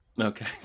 Okay